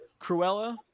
Cruella